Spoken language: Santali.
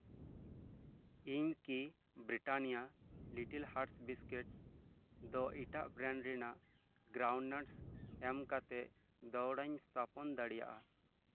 ᱤᱧ ᱠᱤ ᱵᱨᱤᱴᱟᱱᱤᱭᱟᱹ ᱞᱤᱴᱤᱞ ᱦᱟᱨᱴ ᱵᱤᱥᱠᱩᱴ ᱫᱚ ᱮᱱᱟᱴ ᱵᱨᱮᱱᱰ ᱨᱮᱱᱟᱜ ᱜᱨᱟᱣᱩᱱᱥ ᱮᱢ ᱠᱟᱛᱮᱫ ᱫᱚᱦᱚᱲᱟᱧ ᱥᱛᱷᱟᱯᱚᱱ ᱫᱟᱲᱮᱭᱟᱜᱼᱟ